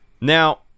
now